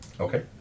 Okay